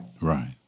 Right